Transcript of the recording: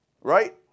Right